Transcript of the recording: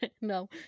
No